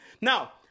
now